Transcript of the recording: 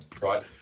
right